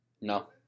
No